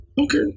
okay